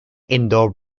indoor